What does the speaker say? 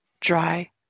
dry